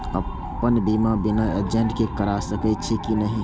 अपन बीमा बिना एजेंट के करार सकेछी कि नहिं?